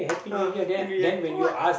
!huh! you can do yeah for what